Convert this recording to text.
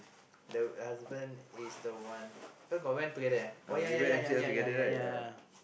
the husband is the one where got one together oh ya ya ya ya